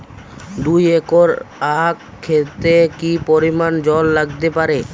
দুই একর আক ক্ষেতে কি পরিমান জল লাগতে পারে?